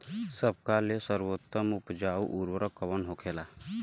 सबका ले सर्वोत्तम उपजाऊ उर्वरक कवन होखेला?